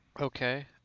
Okay